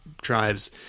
drives